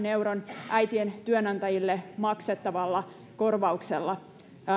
euron äitien työnantajille maksettavalla korvauksella